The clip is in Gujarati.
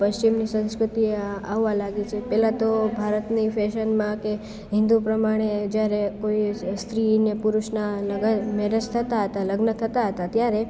પશ્ચિમની સંસ્કૃતિ આવા લાગી છે પહેલા તો ભારતની ફેશનમાં કે હિન્દુ પ્રમાણે જ્યારે કોઈ સ્ત્રીને પુરુષના લગન મેરેજ થતાં હતા લગ્ન થતાં હતા ત્યારે